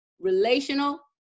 relational